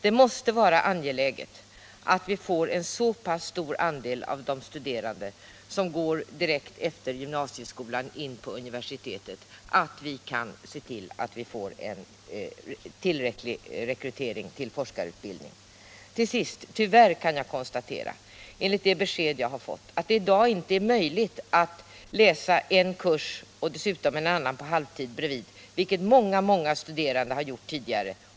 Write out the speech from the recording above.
Det måste vara angeläget att en så stor del av de studerande går direkt från gymnasieskolan in på universitet att vi får en tillräcklig rekrytering till forskarutbildningen. Till sist! Enligt de besked jag fått är det tyvärr i dag inte möjligt att läsa en kurs på halvtid vid sidan av en annan kurs, vilket många studerande tidigare gjort.